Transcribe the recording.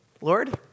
Lord